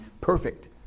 perfect